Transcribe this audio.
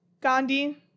Gandhi